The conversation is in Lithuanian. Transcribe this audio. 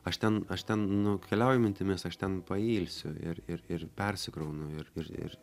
aš ten aš ten nukeliauju mintimis aš ten pailsiu ir ir ir persikraunu ir ir ir